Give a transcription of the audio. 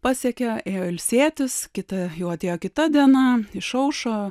pasiekė ėjo ilsėtis kita jau atėjo kita diena išaušo